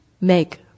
make